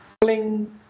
bling